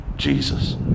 Jesus